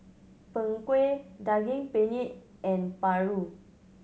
Png Kueh Daging Penyet and paru